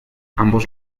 ambos